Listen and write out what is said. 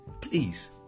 please